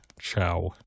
ciao